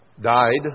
died